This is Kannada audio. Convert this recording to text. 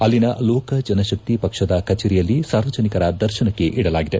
ಅಲ್ಲಿನ ಲೋಕ ಜನಶಕ್ತಿ ಪಕ್ಷದ ಕಜೇರಿಯಲ್ಲಿ ಸಾರ್ವಜನಿಕರ ದರ್ಶನಕ್ಕೆ ಇಡಲಾಗಿದೆ